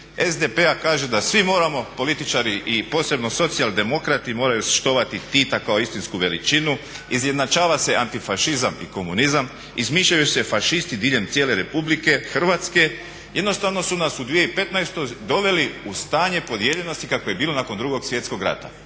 SDP-a kaže da svi moramo političari i posebno Socijaldemokrati moraju štovati Tita kao istinsku veličinu. Izjednačava se antifašizam i komunizam, izmišljaju se fašisti diljem cijele Republike Hrvatske. Jednostavno su nas u 2015. doveli u stanje podijeljenosti kakva je bila nakon Drugog svjetskog rata.